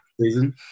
season